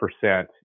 percent